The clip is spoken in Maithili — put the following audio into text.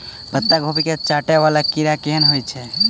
पत्ता कोबी केँ चाटय वला कीड़ा केहन होइ छै?